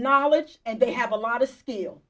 knowledge and they have a lot of skill